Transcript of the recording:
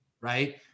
right